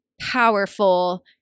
powerful